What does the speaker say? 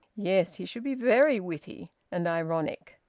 yes, he should be very witty and ironic.